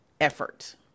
effort